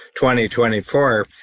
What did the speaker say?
2024